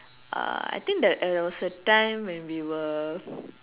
uh I think that there was a time when we were